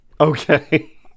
Okay